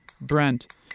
Brent